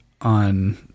on